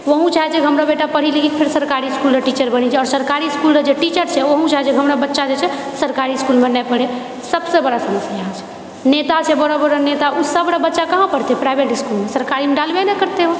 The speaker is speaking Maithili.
वोहो चाहे छै हमर बच्चा पढ़ि लिखके फिर सरकारी इसकुलमे टीचर बनि जाए आओर सरकारी स्कूलमे जे टीचर छै वोहो चाहे छै हमरा बच्चा जेछै ओ सरकारी इसकुलमे नहि पढ़ै सबसँ बड़ा समस्या इएह छै नेता छै बड़ो बड़ो नेता ओ सबरऽ बच्चा कहाँ पढ़ते प्राइवेट इसकुलमे सरकारीमे डालबै नहि करते ओ